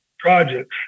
projects